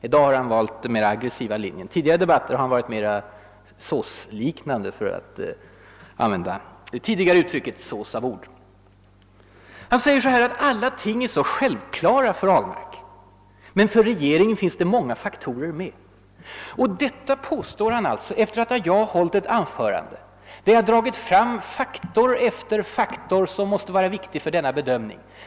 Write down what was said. I dag har han valt den mer aggressiva linjen, medan han i tidigare debatter varit mer »såsliknande». Han säger i dag, att alla ting är så självklara för Ahlmark, medan regeringen måste ta hänsyn till olika faktorer. Detta påstår han alltså efter det att jag hållit ett anförande, där jag dragit fram faktor efter faktor som måste vara viktig för frågans bedömning.